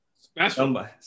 special